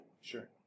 sure